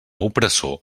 opressor